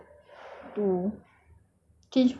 I wear tudung is because I wanted